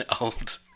old